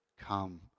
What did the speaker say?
Come